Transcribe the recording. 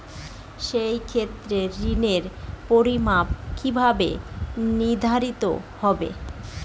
সে ক্ষেত্রে ঋণের পরিমাণ কিভাবে নির্ধারিত হবে?